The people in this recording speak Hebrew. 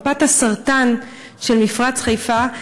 "מפת הסרטן" של מפרץ חיפה,